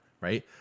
right